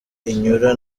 inyura